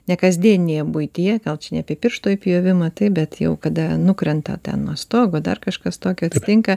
ne kasdieninėje buityje gal čia ne apie piršto įpjovimą taip bet jau kada nukrenta ten nuo stogo dar kažkas tokio atsitinka